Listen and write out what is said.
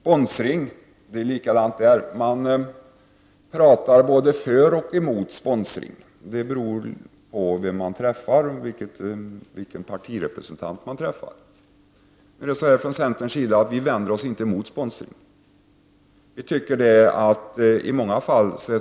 Man talar både för och emot sponsring. Det beror på vilken partirepresentant man träffar. Från centerns sida vänder vi oss inte emot sponsring. Vi anser att sponsring kan vara berättigad i många fall.